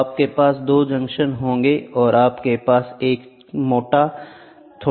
तो आपके पास 2 जंक्शन होंगे और आपके पास एक थोड़ा मोटा है